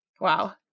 Wow